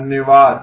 धन्यवाद